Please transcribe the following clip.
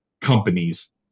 companies